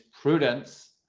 prudence